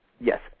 yes